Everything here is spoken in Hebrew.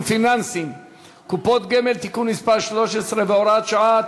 פיננסיים (קופות גמל) (תיקון מס' 13 והוראת שעה),